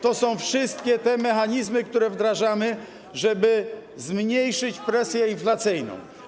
To są wszystkie te mechanizmy, które wdrażamy, żeby zmniejszyć presję inflacyjną.